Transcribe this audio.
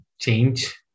change